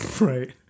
Right